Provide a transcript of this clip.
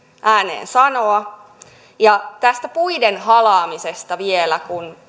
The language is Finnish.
ääneen sanoa ja tästä puiden halaamisesta vielä kun